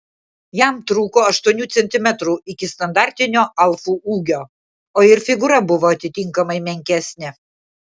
jam trūko aštuonių centimetrų iki standartinio alfų ūgio o ir figūra buvo atitinkamai menkesnė